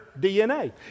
DNA